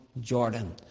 Jordan